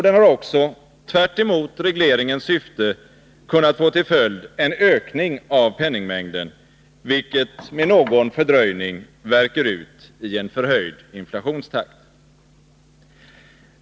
Den har också — tvärtemot regleringens syfte — kunnat få till följd en ökning av penningmängden, vilket med någon fördröjning värker ut i en förhöjd inflationstakt.